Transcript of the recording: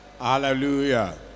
Hallelujah